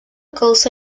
causa